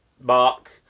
mark